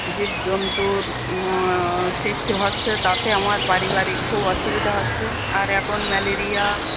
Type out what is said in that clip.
জীব জন্তুর সৃষ্টি হচ্ছে তাতে আমার পারিবারিক খুব অসুবিধা হচ্ছে আর এখন ম্যালেরিয়া